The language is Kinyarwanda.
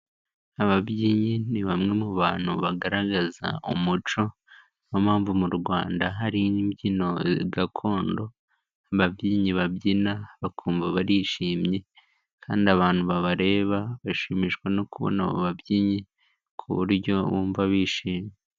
Ababyinnyi ni bamwe mu bantu bagaragaza umuco, niyo mpamvu mu Rwanda hari imbyino gakondo, ababyinnyi babyina bakumva barishimye kandi abantu babareba, bagashimishwa no kubona ababyinnyi ku buryo bumva bishimye.